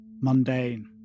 mundane